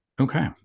Okay